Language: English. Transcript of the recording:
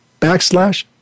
backslash